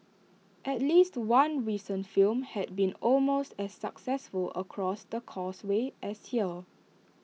at least one recent film has been almost as successful across the causeway as here